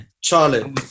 Charlie